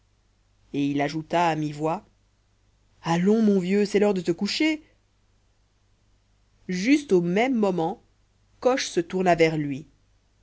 et il ajouta à mi-voix allons mon vieux c'est l'heure de te coucher juste au même moment coche se tourna vers lui